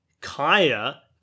Kaya